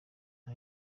nta